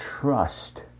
trust